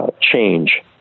change